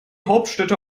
hauptstädte